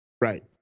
Right